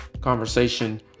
conversation